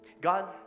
God